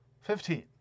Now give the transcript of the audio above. fifteen